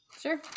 sure